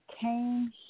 came